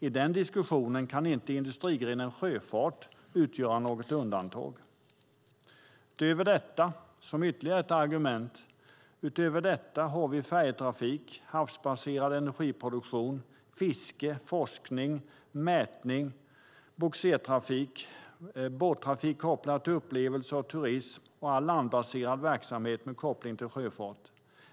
I den diskussionen kan inte industrigrenen sjöfart utgöra något undantag. Utöver detta, som ytterligare ett argument, har vi färjetrafik, havsbaserad energiproduktion, fiske, forskning, mätning, bogsertrafik, båttrafik kopplad till upplevelser och turism och all landbaserad verksamhet med koppling till sjöfart.